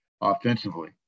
offensively